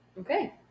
okay